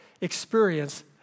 experience